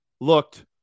looked